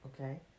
Okay